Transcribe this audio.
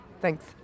Thanks